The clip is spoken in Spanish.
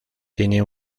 tiene